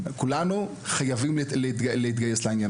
חייבים להתגייס כולנו